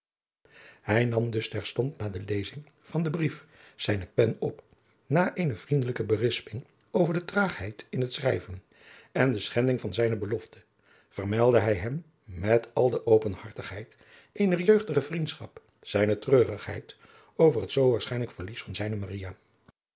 hij nam dus terstond na de lezing van den brief zijne pen op na eene vriendelijke berisping over de traagheid in het schrijven en de schending van zijne belofte vermeldde hij hem met al de openhartigheid eener jeugdige vriendschap zijne treurigheid over het zoo waarschijnlijk verlies van zijne